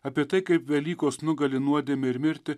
apie tai kaip velykos nugali nuodėmę ir mirtį